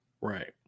Right